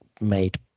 made